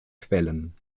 quellen